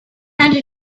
and